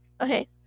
okay